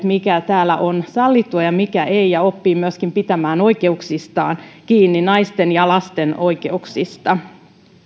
mikä täällä on sallittua ja mikä ei ja oppivat myöskin pitämään oikeuksistaan ja lastensa oikeuksista